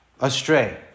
astray